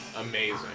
amazing